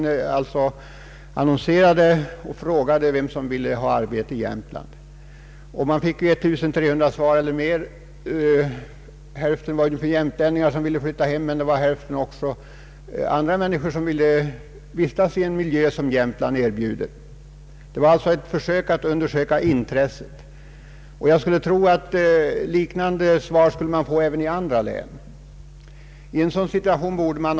Man annonserade efter dem som ville ha arbete i Jämtland och fick 1300 svar eller mer. Hälften kom från jämtlänningar som ville flytta hem, och den andra hälften kom från andra människor som ville vistas i en sådan miljö som Jämtland erbjuder. Det var alltså ett försök att utforska intresset. Jag skulle tro att man skulle få ett liknande svar även i andra län.